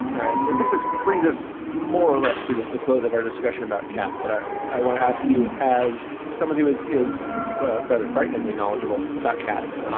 all right. so i think this brings us more or less to the the close of our discussion about cats. but i i want to ask you, as someone who is is but rather frighteningly knowledgeable about cats.